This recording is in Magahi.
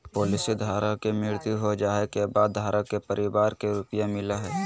पॉलिसी धारक के मृत्यु हो जाइ के बाद धारक के परिवार के रुपया मिलेय हइ